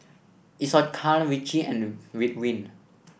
Isocal Vichy and Ridwind